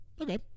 Okay